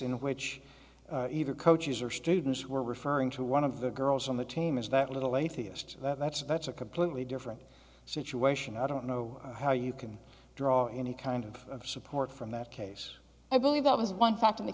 in which either coaches or students were referring to one of the girls on the team is that little atheist that's that's a completely different situation i don't know how you can draw any kind of support from that case i believe that was one fact in th